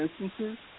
instances